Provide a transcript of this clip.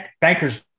bankers